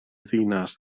ddinas